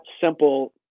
simple